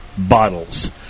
Bottles